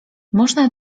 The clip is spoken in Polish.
można